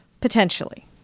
potentially